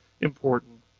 important